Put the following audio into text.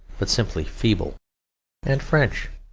but simply feeble and french.